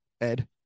ed